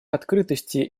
открытости